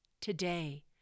today